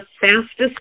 fastest